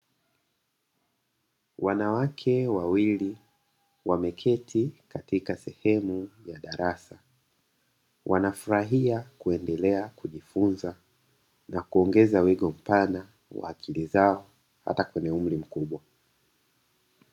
Wanawake wawili wameketi katika sehemu ya darasa, wanafurahia kuendelea kujifunza na kuongeza wigo mpana wa akili zao hata kwenye umri mkubwa.